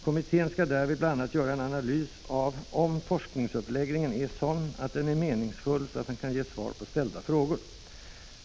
Kommittén skall därvid bl.a. göra en analys av om forskningsuppläggningen är sådan att den är meningsfull så att den kan ge svar på ställda frågor.